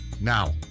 Now